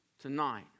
tonight